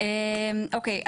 אני אתאר את הסטטוס מבחינתנו.